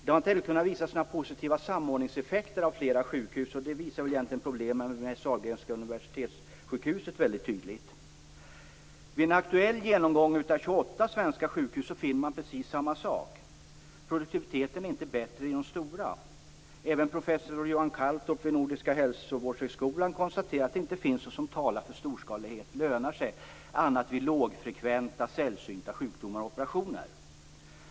Det har inte heller kunnat visas några positiva effekter av samordning av flera sjukhus. Det visar egentligen problemen med Sahlgrenska universitetssjukhuset väldigt tydligt. Vid en aktuell genomgång av 28 svenska sjukhus finner man precis samma sak. Produktiviteten är inte bättre på de stora. Även professor Johan Calltorp vid Nordiska hälsovårdshögskolan konstaterar att det inte finns något som talar för att storskalighet lönar sig annat än vid lågfrekventa sällsynta sjukdomar och operationer.